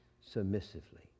submissively